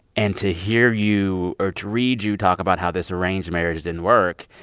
and to hear you or to read you talk about how this arranged marriage didn't work,